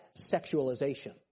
sexualization